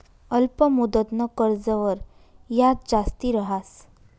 अल्प मुदतनं कर्जवर याज जास्ती रहास